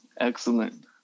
Excellent